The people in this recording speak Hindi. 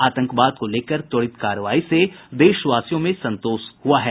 आतंकवाद को लेकर त्वरित कार्रवाई से देशवासियों को संतोष हुआ है